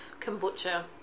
Kombucha